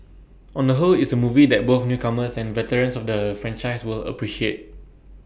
on the whole it's A movie that both newcomers and veterans of the franchise will appreciate